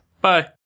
bye